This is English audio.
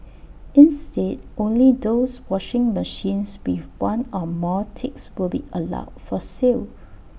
instead only those washing machines with one or more ticks will be allowed for sale